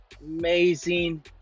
Amazing